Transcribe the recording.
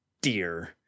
dear